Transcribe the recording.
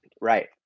Right